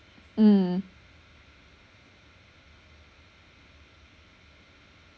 mm